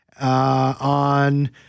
on